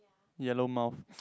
yellow mouth